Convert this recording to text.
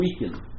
weaken